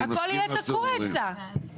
הכל יהיה תקוע אצלם.